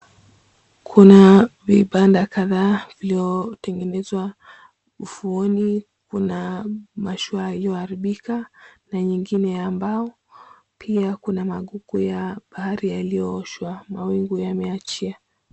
Kuna vibanda kadhaa vilivyotengenezwa, ufuoni kuna mashua iliyoharibika na nyingine ya mbao. Pia kuna maguku ya bahari yaliyooshwa mawingu yameachia.